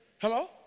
Hello